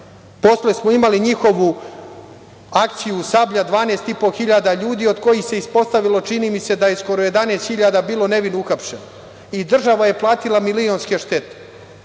Posle smo imali i njihovu akciju Sablja, 12.500 ljudi od kojih se ispostavilo, čini mi se da je skoro 11.000 bilo nevino uhapšenih i država je platila milionske štete.